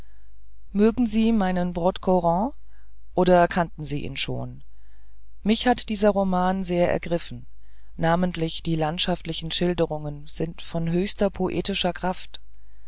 mögen sie meinen broodcoorens oder kannten sie ihn schon mich hatte dieser roman sehr ergriffen namentlich die landschaftlichen schilderungen sind von höchster poetischer kraft